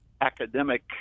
academic